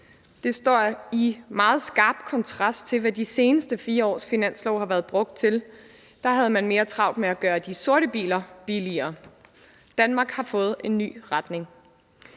Det står i meget skarp kontrast til, hvad de seneste 4 års finanslove har været brugt til. Da havde man mere travlt med at gøre de sorte biler billigere. Danmark har fået en ny retning.